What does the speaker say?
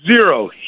Zero